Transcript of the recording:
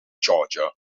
georgia